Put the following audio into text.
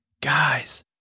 Guys